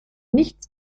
nichts